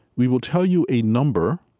we will tell you a number